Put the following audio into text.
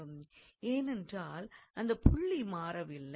ஏனென்றால் அந்தப் புள்ளி மாறவில்லை